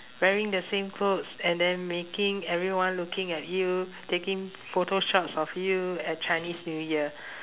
wearing the same clothes and then making everyone looking at you taking photoshots of you at chinese new year